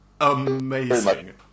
Amazing